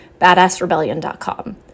badassrebellion.com